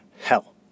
hell